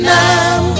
now